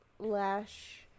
Lash